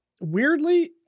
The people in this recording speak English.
Weirdly